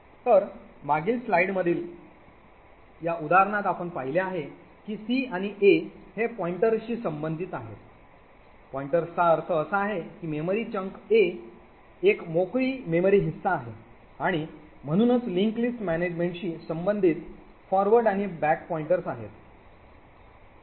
तर मागील स्लाइडमधील या उदाहरणात आपण पाहिले आहे की c आणि a हे pointers शी संबंधित आहेत pointers चा अर्थ असा आहे की memory chunk a एक मोकळी मेमरी हिस्सा आहे आणि म्हणूनच link list management शी संबंधित फॉरवर्ड आणि बॅक पॉइंटर्स आहेत